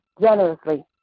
generously